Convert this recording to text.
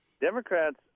Democrats